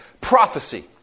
Prophecy